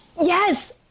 Yes